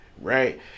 right